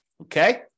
Okay